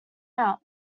out